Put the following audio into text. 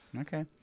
Okay